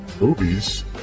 movies